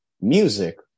music